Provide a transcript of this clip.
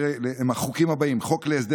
הם משמידים עשבי בר שמפריעים מאוד לחקלאות.